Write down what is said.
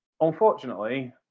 Unfortunately